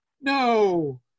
No